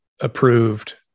approved